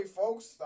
folks